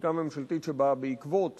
לחקיקה ממשלתית שבאה בעקבות